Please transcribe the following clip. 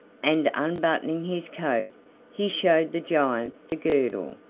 and unbuttoning his coat he showed the giant the girdle.